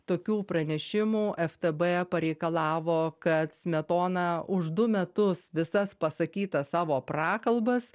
tokių pranešimų ftb pareikalavo kad smetona už du metus visas pasakytas savo prakalbas